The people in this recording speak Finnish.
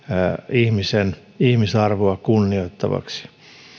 ihmisen ihmisarvoa kunnioittavaksi